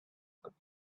could